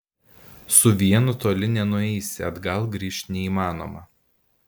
su vienu toli nenueisi atgal grįžt neįmanoma